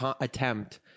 attempt